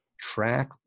track